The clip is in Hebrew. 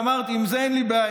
ואמרתי: עם זה אין לי בעיה,